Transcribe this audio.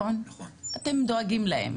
אתם דואגים להם,